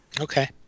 Okay